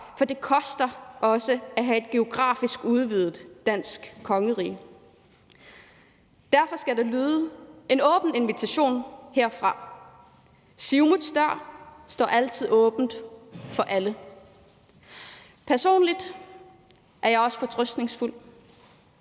for det koster også at have et geografisk udvidet dansk kongerige. Derfor skal der lyde en åben invitation herfra. Siumuts dør står altid åben for alle. Personligt er jeg også fortrøstningsfuld.